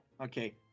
okay